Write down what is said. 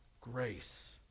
grace